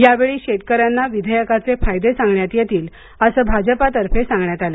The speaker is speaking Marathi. यावेळी शेतकऱ्यांना विधेयकाचे फायदे सांगण्यात येतील असं भाजपतर्फे सांगण्यात आलं